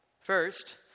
First